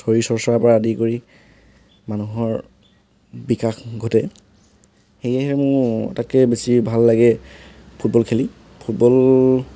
শৰীৰ চৰ্চাৰ পৰা আদি কৰি মানুহৰ বিকাশ ঘটে সেয়েহে মোৰ আটাইতকৈ বেছি ভাল লাগে ফুটবল খেলি ফুটবল